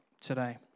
today